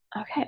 Okay